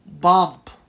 bump